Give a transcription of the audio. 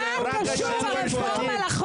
במה קשורה הרפורמה לחוק?